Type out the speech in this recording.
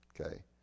Okay